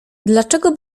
dlaczego